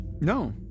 no